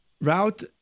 route